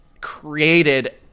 created